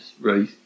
right